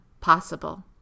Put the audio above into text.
possible